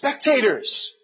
spectators